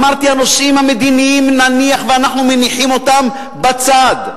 ואמרתי שאת הנושאים המדיניים נניח ואנחנו מניחים אותם בצד,